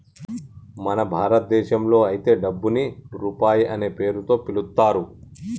మన భారతదేశంలో అయితే డబ్బుని రూపాయి అనే పేరుతో పిలుత్తారు